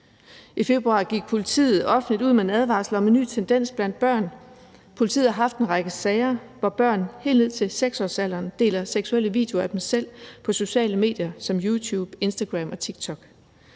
I februar gik politiet offentligt ud med en advarsel om en ny tendens blandt børn. Politiet har haft en række sager, hvor børn helt ned til 6-årsalderen deler seksuelle videoer af dem selv på sociale medier som YouTube, Instagram og TikTok.